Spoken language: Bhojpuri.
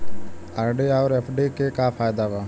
आर.डी आउर एफ.डी के का फायदा बा?